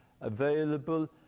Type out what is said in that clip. available